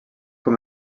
com